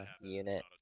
unit